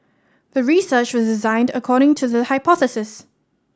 the research was designed according to the hypothesis